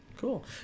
Cool